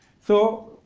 so,